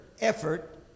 effort